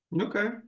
Okay